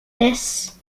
this